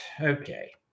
Okay